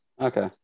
Okay